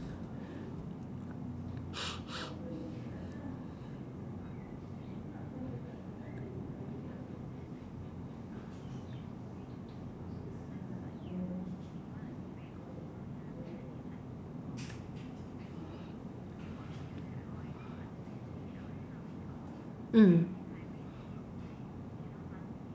mm